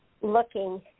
looking